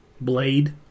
Blade